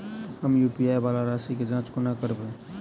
हम यु.पी.आई वला राशि केँ जाँच कोना करबै?